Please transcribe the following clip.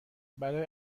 برای